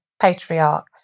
patriarch